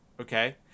okay